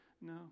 no